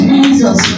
Jesus